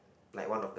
like one of the